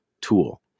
tool